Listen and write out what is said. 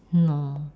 !hannor!